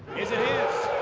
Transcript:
is it his?